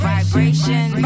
Vibration